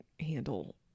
handle